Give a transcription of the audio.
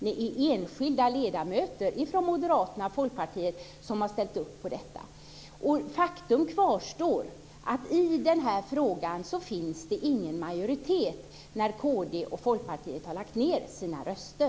Det är enskilda ledamöter från Moderaterna och Folkpartiet som har ställt upp på detta. Och faktum kvarstår; i den här frågan finns det ingen majoritet när Kd och Folkpartiet har lagt ned sina röster.